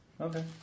Okay